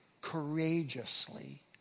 courageously